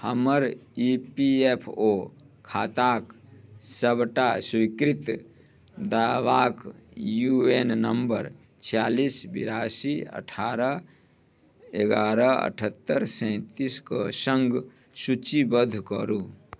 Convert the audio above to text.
हमर E P F O खाताके सबटा स्वीकृत दावाके यू एन नम्बर छिआलिस बेरासी अठारह एगारह अठहत्तरि सैँतिसके सङ्ग सूचीबद्ध करू